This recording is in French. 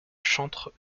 chantres